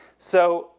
so